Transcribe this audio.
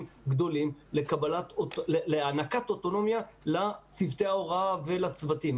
גדולים להענקת אוטונומיה לצוותי ההוראה ולצוותים.